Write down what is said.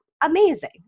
Amazing